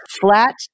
flat